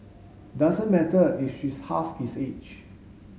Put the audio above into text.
doesn't matter if she's half his age